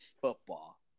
football